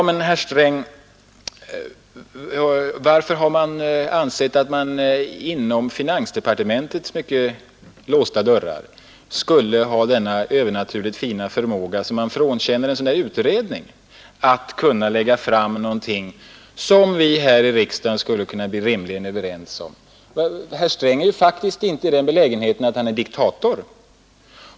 Men, herr Sträng, varför har man ansett att det inom finansdepartementets låsta dörrar skulle finnas denna övernaturligt fina förmåga, som han frånkänner en utredning, att lägga fram någonting som vi här i riksdagen skulle kunna bli överens om? Herr Sträng är faktiskt inte diktator.